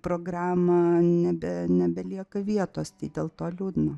programą nebe nebelieka vietos tai dėl to liūdna